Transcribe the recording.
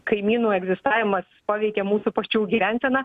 kaimynų egzistavimas paveikė mūsų pačių gyvenseną